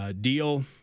deal